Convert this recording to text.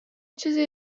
چیزی